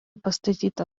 pastatyta